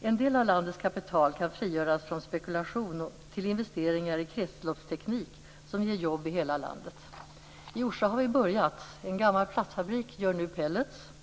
En del av landets kapital kan frigöras från spekulation till investeringar i kretsloppsteknik. Det ger jobb i hela landet. I Orsa har vi börjat. En gammal plattfabrik gör nu pelletar.